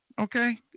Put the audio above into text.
Okay